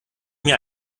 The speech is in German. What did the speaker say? mir